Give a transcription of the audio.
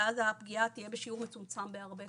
ואז הפגיעה תהיה בשיעור מצומצם בהרבה,